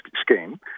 scheme